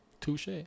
Touche